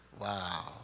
Wow